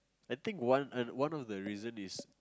I think one one of the reason is